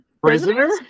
Prisoner